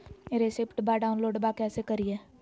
रेसिप्टबा डाउनलोडबा कैसे करिए?